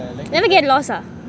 never get lost ah